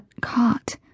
caught